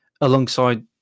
alongside